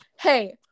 hey